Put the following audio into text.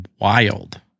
wild